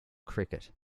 cricket